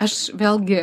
aš vėlgi